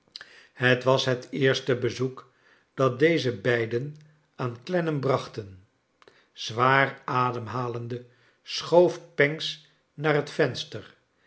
het was het eerste bezoek dat deze beiden aan clennam braohten zwaar ademhalende schoof pancks naar het venster